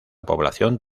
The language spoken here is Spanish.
población